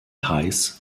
heiß